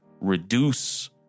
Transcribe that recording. reduce